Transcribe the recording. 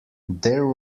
there